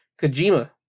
Kojima